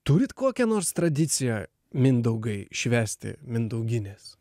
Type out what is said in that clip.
turit kokią nors tradiciją mindaugai švęsti mindaugines